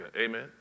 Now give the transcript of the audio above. Amen